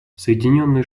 соединенные